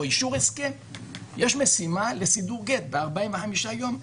אישור הסכם יש משימה לסידור גט ב-45 יום,